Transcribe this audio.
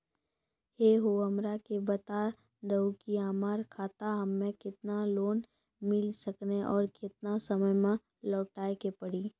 है हो हमरा के बता दहु की हमार खाता हम्मे केतना लोन मिल सकने और केतना समय मैं लौटाए के पड़ी?